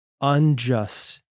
unjust